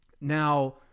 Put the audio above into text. Now